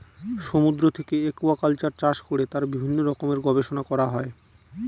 সমুদ্র থেকে একুয়াকালচার চাষ করে তার বিভিন্ন রকমের গবেষণা করা হয়